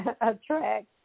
attract